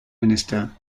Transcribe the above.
minister